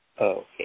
Okay